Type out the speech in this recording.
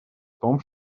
том